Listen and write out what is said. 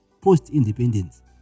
post-independence